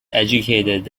educated